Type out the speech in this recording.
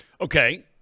Okay